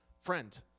friend